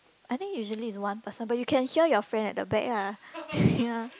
I think usually is one person but you can hear your friend at the back ah ya